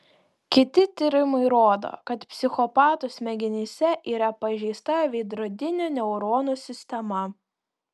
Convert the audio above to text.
kiti tyrimai rodo kad psichopatų smegenyse yra pažeista veidrodinių neuronų sistema